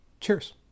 Cheers